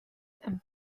and